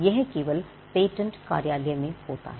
यह केवल पेटेंट कार्यालय में होता है